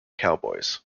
cowboys